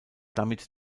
damit